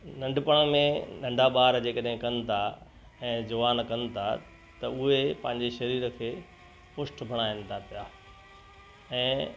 नंढपण में नंढा ॿार जे कॾहिं कनि था ऐं जवान कनि था त उहे पंहिंजे शरीर खे पुष्ट बणाइनि था पिया ऐं